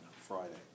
Friday